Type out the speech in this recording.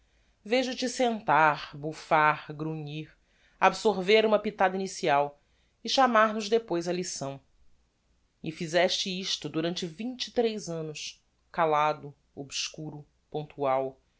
rapada vejo te sentar bufar grunhir absorver uma pitada inicial e chamar nos depois á lição e fizeste isto durante vinte e tres annos calado obscuro pontual